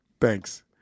Thanks